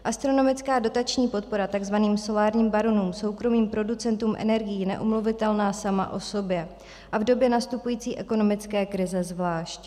Astronomická dotační podpora takzvaným solárním baronům, soukromým producentům energií, je neomluvitelná sama o sobě a v době nastupující ekonomické krize zvlášť.